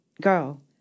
girl